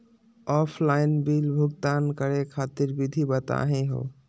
Offline bill भुगतान करे खातिर विधि बताही हो?